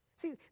See